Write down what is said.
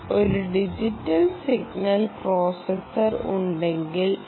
ഒരു digital signal processor ഉണ്ടെങ്കിൽ T